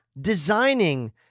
designing